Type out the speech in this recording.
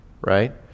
Right